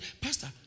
Pastor